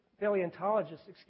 paleontologists